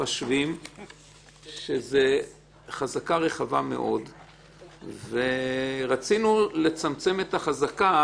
זאת חזקה רחבה מאוד ורצינו לצמצם את החזקה